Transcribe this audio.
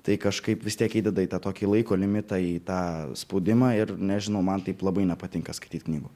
tai kažkaip vis tiek įdeda į tą tokį laiko limitą į tą spaudimą ir nežinau man taip labai nepatinka skaityt knygų